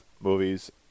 movies